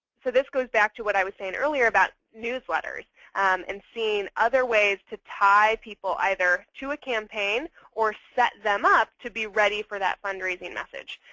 so this goes back to what i was saying earlier about newsletters and seeing other ways to tie people either to a campaign or set them up to be ready for that fundraising message.